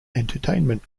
entertainment